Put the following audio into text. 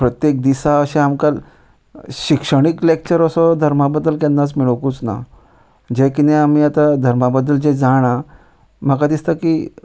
प्रत्येक दिसा अशे आमकां शिक्षणीक लॅक्चर असो धर्मा बद्दल केन्नाच मेळोकूच ना जे कितें आमी आतां धर्मा बद्दल जे जाणा म्हाका दिसता की